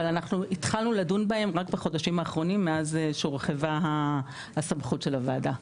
אנחנו התחלנו לדון בהם רק בחודשים האחרונים מאז שהורחבה סמכות הוועדה.